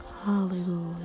Hallelujah